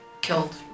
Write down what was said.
killed